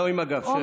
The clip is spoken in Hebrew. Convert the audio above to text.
לא עם הגב.